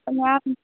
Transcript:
ના